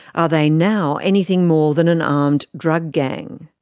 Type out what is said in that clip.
are they now anything more than an armed drug gang?